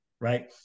right